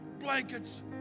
blankets